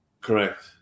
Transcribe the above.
Correct